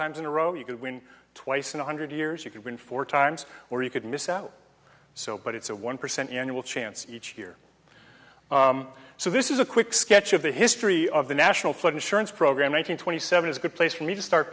times in a row you could win twice in a hundred years you could win four times or you could miss out so but it's a one percent annual chance each year so this is a quick sketch of the history of the national flood insurance program one hundred twenty seven is a good place for me to start